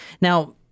Now